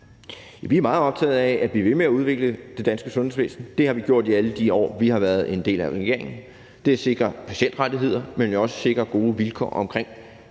Vi er meget optagede af at blive ved med at udvikle det danske sundhedsvæsen. Det har vi gjort i alle de år, vi har været en del af en regering. Det har sikret patientrettigheder, men jo også sikret gode vilkår omkring